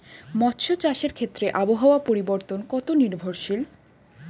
মৎস্য চাষের ক্ষেত্রে আবহাওয়া পরিবর্তন কত নির্ভরশীল?